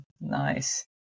nice